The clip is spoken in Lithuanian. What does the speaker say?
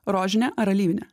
rožinė ar alyvinė